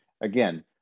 again